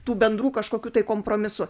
tų bendrų kažkokių tai kompromisų